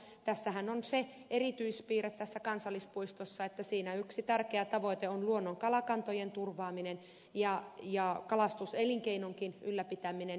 tässä kansallispuistossahan on se erityispiirre että siinä yksi tärkeä tavoite on luonnonkalakantojen turvaaminen ja kalastuselinkeinonkin ylläpitäminen